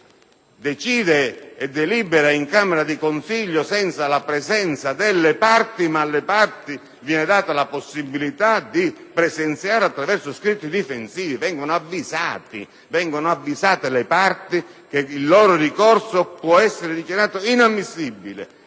decide e delibera in camera di consiglio senza la presenza delle parti, ma alle parti viene data la possibilità di presenziare attraverso scritti difensivi; vengono avvisate le parti che il loro ricorso può essere dichiarato inammissibile